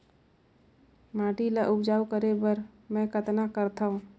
माटी ल उपजाऊ करे बर मै कतना करथव?